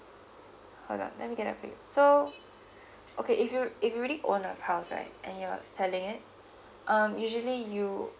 hold on let me get that for you so okay if you if you already own a house right and you're selling it um usually you